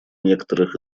некоторых